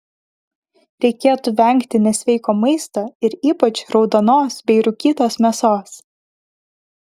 reikėtų vengti nesveiko maisto ir ypač raudonos bei rūkytos mėsos